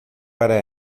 para